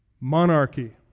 monarchy